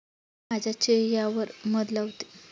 मी माझ्या चेह यावर मध लावते